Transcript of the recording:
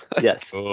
Yes